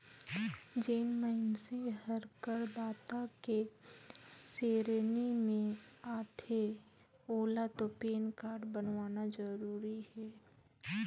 जेन मइनसे हर करदाता के सेरेनी मे आथे ओेला तो पेन कारड बनवाना जरूरी हे